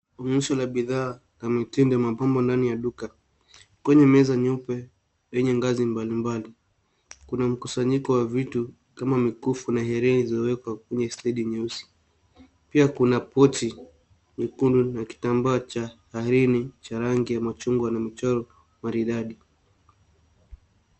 Onyesha la bidhaa na mitindo ya mapambo ndani ya duka. Kwenye meza nyeupe lenye ngazi mbalimbali. Kuna mkusanyiko wa vitu kama mikufu na herini zilizowekwa kwenye stand nyeusi. Pia kuna pochi nyekundu na kitambaa laini cha rangi ya machungwa na michoro maridadi.